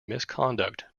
misconduct